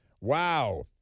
Wow